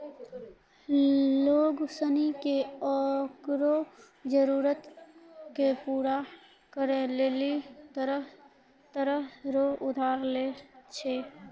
लोग सनी के ओकरो जरूरत के पूरा करै लेली तरह तरह रो उधार दै छै